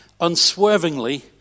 unswervingly